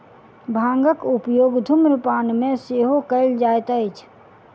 भांगक उपयोग धुम्रपान मे सेहो कयल जाइत अछि